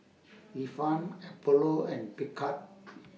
Ifan Apollo and Picard